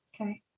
Okay